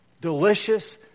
delicious